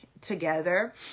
together